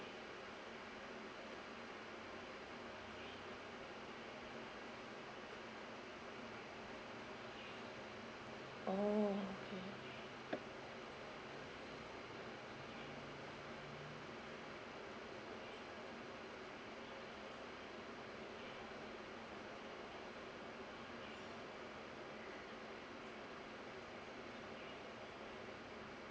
oh